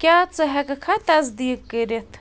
کیٛاہ ژٕ ہٮ۪کہٕ کھا تصدیٖق کٔرتھ